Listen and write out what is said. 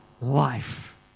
life